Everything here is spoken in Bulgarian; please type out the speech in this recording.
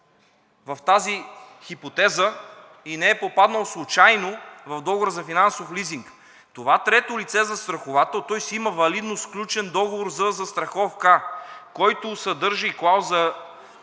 в тази хипотеза и не е попаднал случайно в договора за финансов лизинг. Това трето лице застраховател има валидно сключен договор за застраховка, който съдържа и клауза